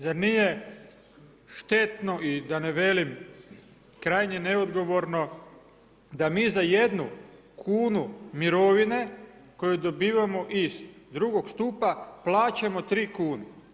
Zar nije štetno i da ne velim krajnje neodgovorno da mi za jednu kunu mirovine koju dobivamo iz II. stupa plaćamo 3 kune.